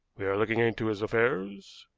we are looking into his affairs,